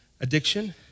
addiction